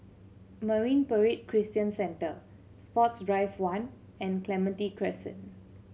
Marine Parade Christian Centre Sports Drive One and Clementi Crescent